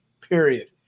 period